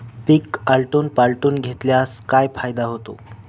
पीक आलटून पालटून घेतल्यास काय फायदा होतो?